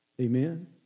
Amen